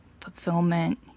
fulfillment